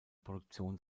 produktion